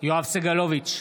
יואב סגלוביץ'